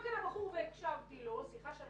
אמר כאן הבחור והקשבתי לו סליחה שאני